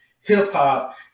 hip-hop